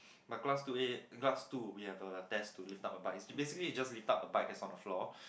but class two A class two we have a test to lift up a bike it's basically just lift up a bike that's on the floor